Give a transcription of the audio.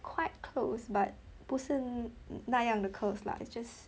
quite close but 不是那样的 curls lah it's just